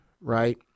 right